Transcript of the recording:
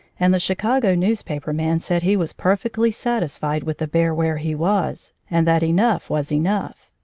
and the chicago newspaper man said he was perfectly satisfied with the bear where he was, and that enough was enough.